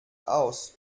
aus